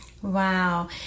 Wow